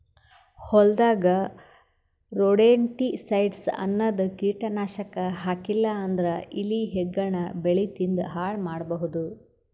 ಹೊಲದಾಗ್ ರೊಡೆಂಟಿಸೈಡ್ಸ್ ಅನ್ನದ್ ಕೀಟನಾಶಕ್ ಹಾಕ್ಲಿಲ್ಲಾ ಅಂದ್ರ ಇಲಿ ಹೆಗ್ಗಣ ಬೆಳಿ ತಿಂದ್ ಹಾಳ್ ಮಾಡಬಹುದ್